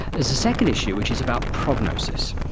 is a second issue which is about prognosis.